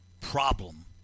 problem